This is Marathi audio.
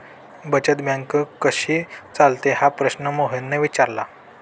बचत बँक कशी चालते हा प्रश्न मोहनने विचारला?